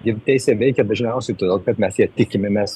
juk teisė veikia dažniausiai todėl kad mes ja tikime mes